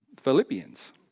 philippians